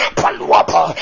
paluapa